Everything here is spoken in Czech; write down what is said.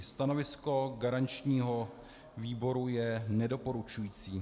Stanovisko garančního výboru je nedoporučující.